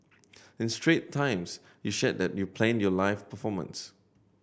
in Strait Times you shared that you planned your life performance